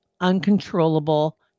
uncontrollable